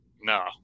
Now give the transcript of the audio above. no